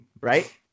Right